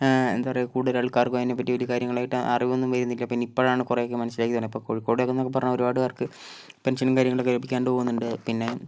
എന്താ പറയുക കൂടുതൽ ആൾക്കാർക്കും അതിനെ പറ്റി വലിയ കാര്യങ്ങളായിട്ട് അറിവൊന്നും വരുന്നില്ല പിന്നിപ്പഴാണ് കുറെ ഒക്കെ മനസ്സിലാക്കീന്ന് പറഞ്ഞ ഇപ്പം കോഴിക്കോട്ന്നൊക്കെ പറഞ്ഞാൽ ഒരുപാട് പേർക്ക് പെൻഷനും കാര്യങ്ങളക്കെ ലഭിക്കാണ്ട് പോകുന്നുണ്ട് പിന്നെ